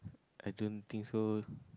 I don't think so